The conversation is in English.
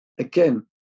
Again